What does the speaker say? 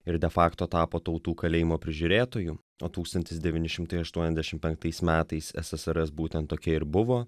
ir defakto tapo tautų kalėjimo prižiūrėtoju o tūkstantis devyni šimtai aštuoniasdešim penktais metais ssrs būtent tokia ir buvo